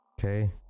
Okay